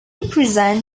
represent